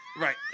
Right